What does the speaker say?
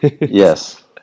Yes